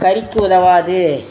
கறிக்கு உதவாது